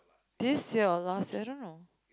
this year last year I dunno